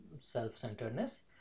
self-centeredness